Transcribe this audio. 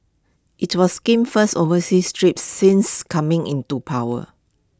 IT was Kim's first overseas trip since coming into power